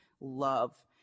love